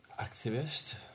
activist